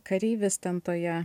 kareivis ten toje